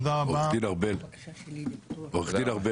מי בעד הפטור, הקדמת הדיון?